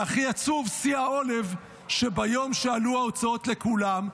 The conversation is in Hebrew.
והכי עצוב, שיא העולב, שביום שעלו ההוצאות לכולם,